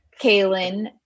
Kaylin